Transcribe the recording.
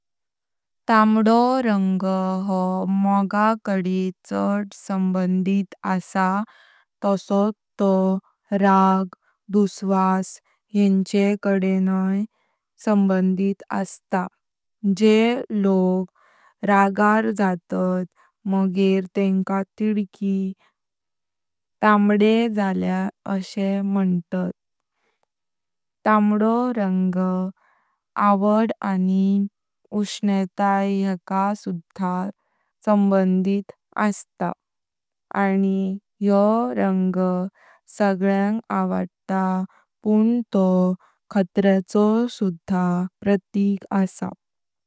तांबडो रंग हो मोगा कडे चड संबंधीत असता तसत तो राग, दुसवास हेन्चे कडेनई संबंधीत असता। जेह लोग रागार जातात मागे तेंका तिदकिन तांबडे जाळ्या असे म्हणतात। तांबडो रंग आवड आनि उष्णेताई हेका सुध्दा संबंधीत असता। आनि योह रंग संगलयांग आवडता पुण तो खत्(र)ाचो सुधा प्रतीक अस।